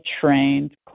trained